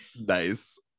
nice